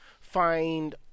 find